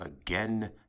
Again